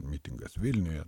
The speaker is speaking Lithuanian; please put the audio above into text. mitingas vilniuje